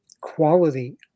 quality